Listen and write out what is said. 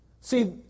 See